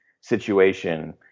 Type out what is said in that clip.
situation